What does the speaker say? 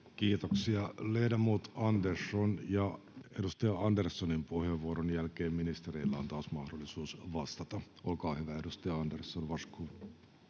Kiitoksia. — Ledamot Andersson. — Ja edustaja Anderssonin puheenvuoron jälkeen ministereillä on taas mahdollisuus vastata. — Olkaa hyvä, edustaja Andersson, varsågod.